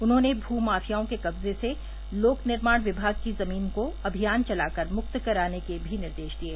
उन्होंने भू माफियाओं के कब्जे से लोक निर्माण विमाग की जमीन को अभियान चलाकर मुक्त कराने के भी निर्देश दिये